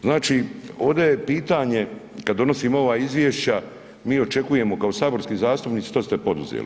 Znači ovde je pitanje kad donosimo ova izvješća mi očekujemo kao saborski zastupnici što ste poduzeli.